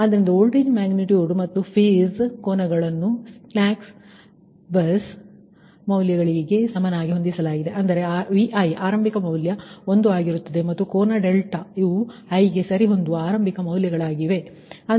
ಆದ್ದರಿಂದ voltage magnitude ಮತ್ತು phase ಕೋನಗಳನ್ನು ಸ್ಲ್ಯಾಕ್ ಬಸ್ ಮೌಲ್ಯಗಳಿಗೆ ಸಮನಾಗಿ ಹೊಂದಿಸಲಾಗಿದೆ ಅಂದರೆ Vi ಆರಂಭಿಕ ಮೌಲ್ಯ 1 ಆಗಿರುತ್ತದೆ ಮತ್ತು ಕೋನ ಡೆಲ್ಟಾ ಇವುಗಳು i 'ಗೆ ಸರಿಹೊಂದುವ ಆರಂಭಿಕ ಮೌಲ್ಯಗಳಾಗಿವೆ